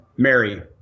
Mary